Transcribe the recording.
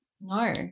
No